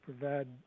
provide